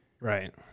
Right